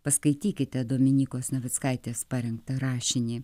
paskaitykite dominykos navickaitės parengtą rašinį